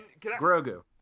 Grogu